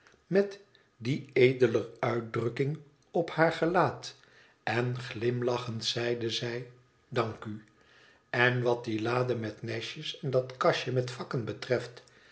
met die edeler uitdrukking op haar gelaat en glimlachend zeide zij danku n wat die lade met nestjes en dat kastje met vakken betreft